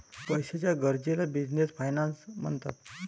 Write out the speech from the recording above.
पैशाच्या गरजेला business finance म्हणतात